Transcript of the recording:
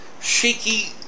shaky